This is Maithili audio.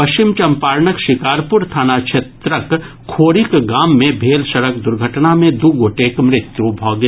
पश्चिम चंपारणक शिकारपुर थाना क्षेत्रक खोड़ीक गाम मे भेल सड़क दुर्घटना मे दू गोटेक मृत्यु भऽ गेल